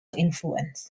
influence